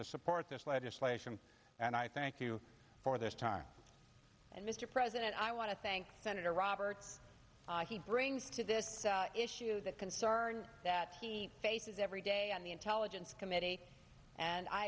to support this legislation and i thank you for their time and mr president i want to thank senator roberts he brings to this issue the concern that he faces every day on the intelligence committee and i